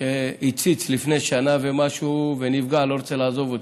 שהציץ לפני שנה ומשהו ונפגע, לא רוצה לעזוב אותי.